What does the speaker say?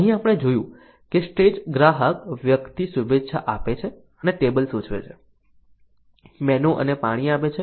અહીં આપણે જોયું કે સ્ટેજ ગ્રાહક વ્યક્તિ શુભેચ્છા આપે છે અને ટેબલ સૂચવે છે મેનુ અને પાણી આપે છે